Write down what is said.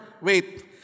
wait